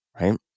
right